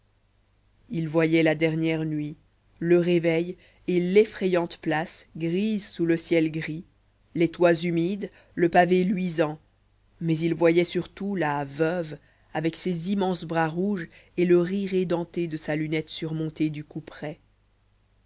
il voyait la dernière nuit le réveil et l'effrayante place grise sous le ciel gris les toits humides le pavé luisant mais il voyait surtout la veuve avec ses immenses bras rouges et le rire édenté de sa lunette surmontée du